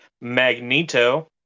Magneto